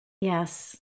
Yes